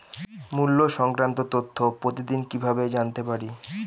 মুল্য সংক্রান্ত তথ্য প্রতিদিন কিভাবে জানতে পারি?